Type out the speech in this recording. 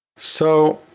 so,